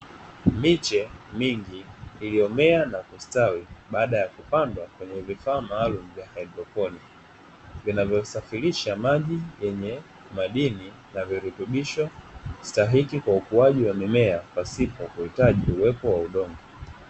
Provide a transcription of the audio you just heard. Miche mingi iliyomea na kustawi baada ya kupandwa kwenye vifaa maalum vya hydroponi vinavyo safirisha maji yenye madini na virutubisho stahiki kwa ukuaji wa mimea pasipo kuitaji uwepo wa udongo.